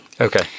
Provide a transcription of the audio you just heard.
Okay